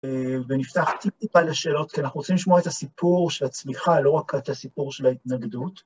ונפתח טיפטיפה לשאלות, כי אנחנו רוצים לשמוע את הסיפור של הצמיחה, לא רק את הסיפור של ההתנגדות.